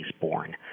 born